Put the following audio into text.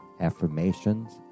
affirmations